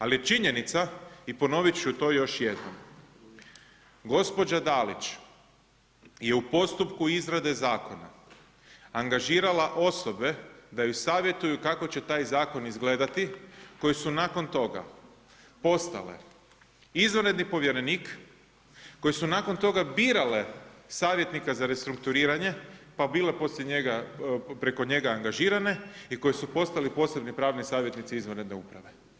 Ali je činjenica i ponovit ću još jednom, gospođa Dalić je u postupku izrade zakona angažirala osobe da ju savjetuju kako će taj zakon izgledati koji su nakon toga postale izvanredni povjerenik, koje su nakon toga birale savjetnika za restrukturiranje, pa bile preko njega angažirana i koji su postali posebni pravni savjetnici izvanredne uprave.